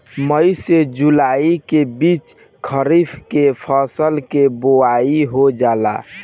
मई से जुलाई के बीच खरीफ के फसल के बोआई हो जाला